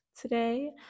today